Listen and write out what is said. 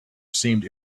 seemed